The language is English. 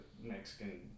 Mexican